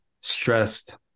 stressed